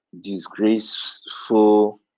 disgraceful